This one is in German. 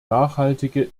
nachhaltige